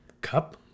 cup